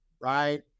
right